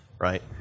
right